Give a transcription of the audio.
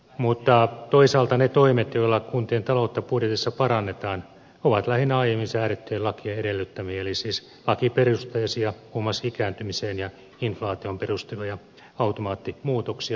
mutta toisaalta ne toimet joilla kuntien taloutta budjetissa parannetaan ovat lähinnä aiemmin säädettyjen lakien edellyttämiä eli siis lakiperusteisia muun muassa ikääntymiseen ja inflaatioon perustuvia automaattimuutoksia